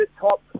top